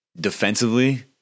defensively